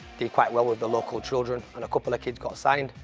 did quite well with the local children and a couple of kids got signed.